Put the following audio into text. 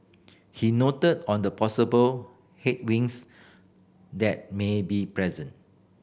he noted on the possible headwinds that may be present